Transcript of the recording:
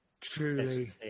truly